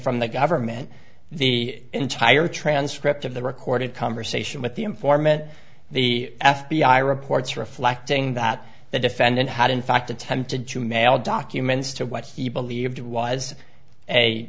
from the government the entire transcript of the recorded conversation with the informant the f b i reports reflecting that the defendant had in fact attempted to mail documents to what he believed was a